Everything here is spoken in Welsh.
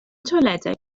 toiledau